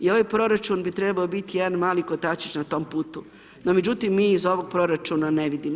I ovaj proračun bi trebao biti jedan mali kotačić na tom putu no međutim mi iz ovog proračuna ne vidimo.